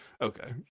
okay